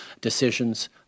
decisions